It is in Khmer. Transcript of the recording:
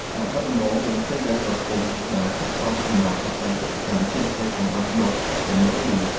ខេត្តបាត់ដំបងមានផ្ទៃដីដ៏ធំដែលស័ក្តិសមសម្រាប់វិស័យកសិកម្ម ជាពិសេសការដាំដុះដំឡូងមី។